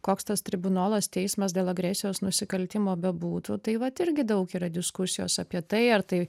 koks tas tribunolas teismas dėl agresijos nusikaltimo bebūtų tai vat irgi daug yra diskusijos apie tai ar tai